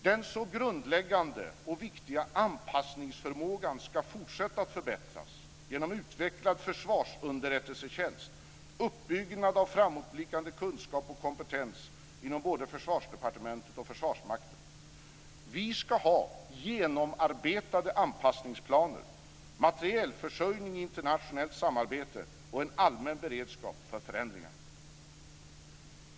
Den så grundläggande och viktiga anpassningsförmågan ska fortsätta att förbättras genom utvecklad försvarsunderrättelsetjänst och uppbyggnad av framåtblickande kunskap och kompetens inom både Försvarsdepartementet och Försvarsmakten. Vi ska ha genomarbetade anpassningsplaner, materielförsörjning i internationellt samarbete och en allmän beredskap för förändringar.